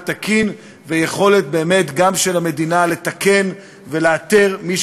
תקין ובאמת יכולת גם של המדינה לתקן ולאתר את מי